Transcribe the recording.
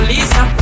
Lisa